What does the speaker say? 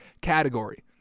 category